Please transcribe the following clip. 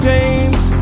James